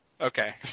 Okay